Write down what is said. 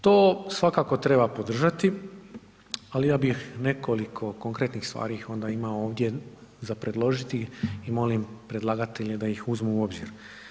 To svakako treba podržati, ali ja bih nekoliko konkretnih stvari onda imao ovdje za predložiti i molim predlagatelja da ih uzmu u obzir.